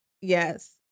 Yes